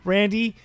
Randy